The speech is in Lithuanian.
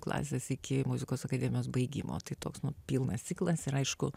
klasės iki muzikos akademijos baigimo tai toks pilnas ciklas ir aišku